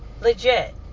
legit